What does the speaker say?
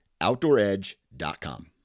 OutdoorEdge.com